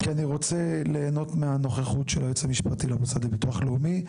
כי אני רוצה ליהנות מהנוכחות של היועץ המשפטי למוסד לביטוח לאומי.